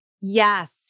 Yes